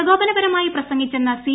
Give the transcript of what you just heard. പ്രകോപനപരമായി പ്രസംഗിച്ചെന്ന സി